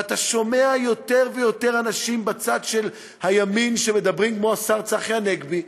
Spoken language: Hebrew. ואתה שומע יותר ויותר אנשים בצד של הימין שמדברים כמו השר צחי הנגבי,